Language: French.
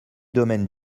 domaine